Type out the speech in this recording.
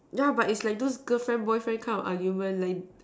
yeah but is like those girlfriend boyfriend kind of argument like